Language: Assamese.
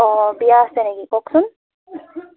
অ' বিয়া আছে নেকি কওকচোন